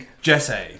Jesse